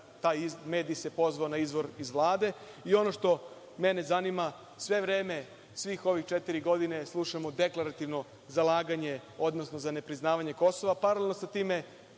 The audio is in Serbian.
taj medij pozvao na izvor iz Vlade. Ono što mene zanima. sve vreme, svih ovih četiri godine slušamo deklarativno zalaganje, odnosno za nepriznavanje Kosova, paralelno sa time